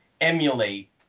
emulate